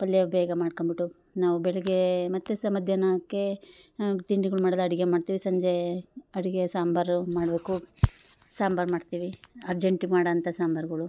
ಪಲ್ಯ ಬೇಗ ಮಾಡ್ಕೊಂಬಿಟ್ಟು ನಾವು ಬೆಳಗ್ಗೆ ಮತ್ತು ಸಹ ಮಧ್ಯಾಹ್ನಕ್ಕೆ ತಿಂಡಿಗಳು ಮಾಡಿದ ಅಡಿಗೆ ಮಾಡ್ತೀವಿ ಸಂಜೇ ಅಡಿಗೆ ಸಾಂಬಾರು ಮಾಡಬೇಕು ಸಾಂಬಾರ್ ಮಾಡ್ತೀವಿ ಅರ್ಜೆಂಟ್ ಮಾಡೋಂಥ ಸಾಂಬಾರ್ಗಳು